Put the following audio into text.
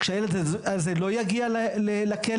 כשהילד הזה לא יגיע לכלא